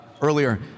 earlier